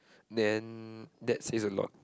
then that says a lot